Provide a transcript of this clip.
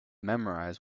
memorize